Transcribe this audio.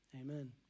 amen